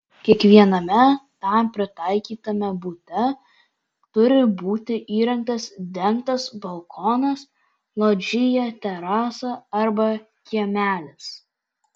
kiekviename tam pritaikytame bute turi būti įrengtas dengtas balkonas lodžija terasa arba kiemelis